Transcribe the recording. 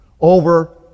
over